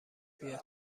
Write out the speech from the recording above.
بیاد